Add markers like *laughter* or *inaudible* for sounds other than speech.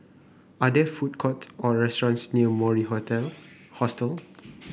are there food courts or restaurants near Mori *unintelligible* Hostel